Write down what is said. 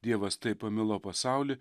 dievas taip pamilo pasaulį